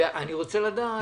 אני רוצה לדעת